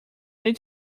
need